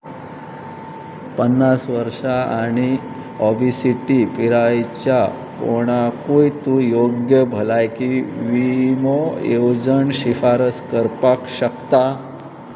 पन्नास वर्षां आनी ओबीसीटी पिरायेच्या कोणाकूय तूं योग्य भलायकी विमो येवजण शिफारस करपाक शकता